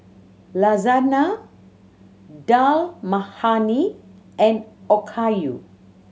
Lasagna Dal Makhani and Okayu